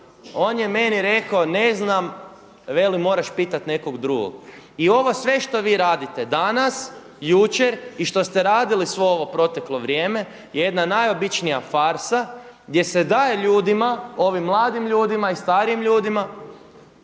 On je meni rekao, ne znam, veli moraš pitati nekog drugog. I ovo sve što vi radite danas, jučer i što ste radili svo ovo proteklo vrijeme je jedna najobičnija farsa gdje se daje ljudima ovim mladim ljudima i starijim ljudima